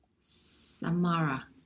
Samara